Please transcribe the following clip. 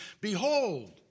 Behold